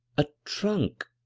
a trunk.